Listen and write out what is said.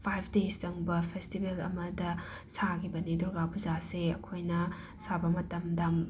five days ꯆꯪꯕ festival ꯑꯃꯗ ꯁꯥꯒꯤꯕꯅꯤ ꯗꯨꯔꯒꯥ ꯄꯨꯖꯥꯁꯦ ꯑꯩꯈꯣꯏꯅ ꯁꯥꯕ ꯃꯇꯝꯗ